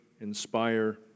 inspire